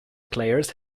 players